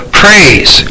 praise